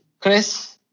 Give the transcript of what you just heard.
Chris